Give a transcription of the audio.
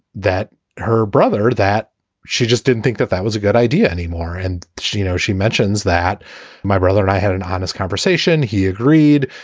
that her brother, that she just didn't think that that was a good idea anymore. and she you know, she mentions that my brother and i had an honest conversation. he agreed.